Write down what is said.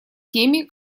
теми